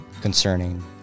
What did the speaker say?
concerning